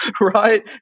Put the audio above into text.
right